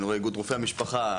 איגוד רופאי המשפחה,